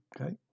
Okay